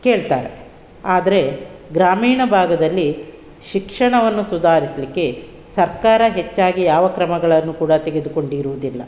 ಕೇಳ್ತಾರೆ ಆದರೆ ಗ್ರಾಮೀಣ ಭಾಗದಲ್ಲಿ ಶಿಕ್ಷಣವನ್ನು ಸುಧಾರಿಸಲಿಕ್ಕೆ ಸರ್ಕಾರ ಹೆಚ್ಚಾಗಿ ಯಾವ ಕ್ರಮಗಳನ್ನು ಕೂಡ ತೆಗೆದುಕೊಂಡಿರುವುದಿಲ್ಲ